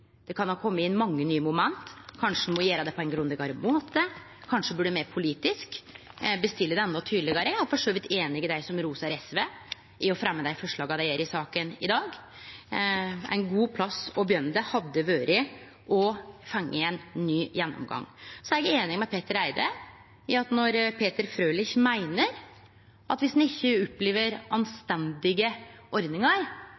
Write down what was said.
Det kan ha kome inn mange nye moment. Kanskje ein må gjere det på ein grundigare måte. Kanskje burde me politisk bestille det endå tydelegare, og eg er for så vidt einig med dei som rosar SV for å ha fremja dei forslaga dei gjer i saka i dag. Ein god plass å begynne hadde vore å få ein ny gjennomgang. Så er eg einig med Petter Eide i at når Peter Frølich meiner at dersom ein ikkje opplever